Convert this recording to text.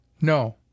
No